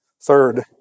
Third